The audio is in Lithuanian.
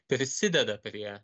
prisideda prie